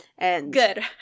Good